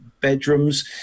bedrooms